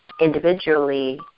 individually